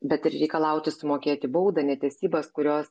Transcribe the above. bet ir reikalauti sumokėti baudą netesybas kurios